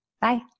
Bye